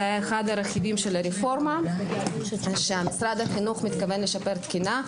זה אחד הרכיבים של הרפורמה שמשרד החינוך מתכוון לשפר תקינה,